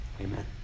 amen